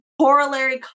corollary